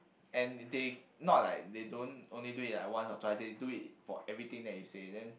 and they not like they don't only do it like once or twice they do it for like everything you say then